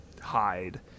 hide